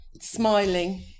smiling